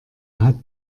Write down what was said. hat